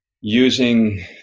using